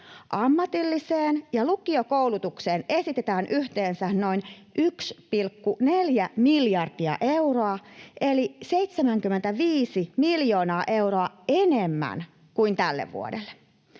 Ammatilliseen ja lukiokoulutukseen esitetään yhteensä noin 1,4 miljardia euroa eli 75 miljoonaa euroa enemmän kuin tälle vuodelle.